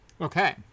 Okay